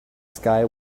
sky